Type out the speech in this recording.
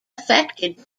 affected